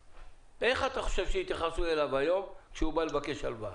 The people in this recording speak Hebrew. איך אתה חושב שיתייחסו אליו היום כשהוא בא לבקש הלוואה?